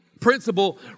principle